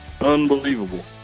Unbelievable